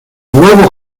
huevos